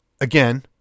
again